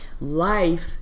Life